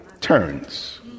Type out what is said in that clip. turns